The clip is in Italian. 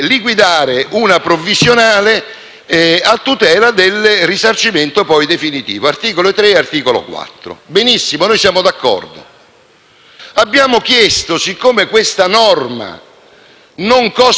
Abbiamo chiesto, siccome questa norma non costa nulla, che almeno queste due norme venissero estese a tutti i minori il cui genitore o i cui genitori